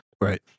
Right